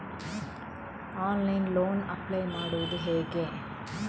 Online loan apply ಮಾಡುವುದು ಹೇಗೆ?